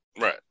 Right